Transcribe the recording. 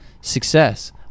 success